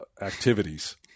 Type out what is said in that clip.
activities